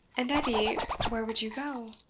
and, edie where would ye go?